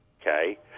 okay